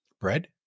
Bread